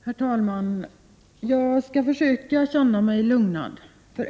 Herr talman! Jag skall försöka känna mig lugnad.